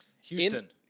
Houston